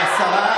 השרה,